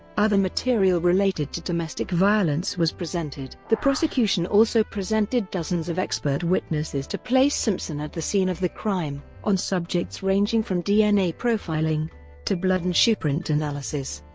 other material related to domestic violence was presented. the prosecution also presented dozens of expert witnesses to place simpson at the scene of the crime, on subjects ranging from dna profiling to blood and shoeprint analysis.